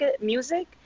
music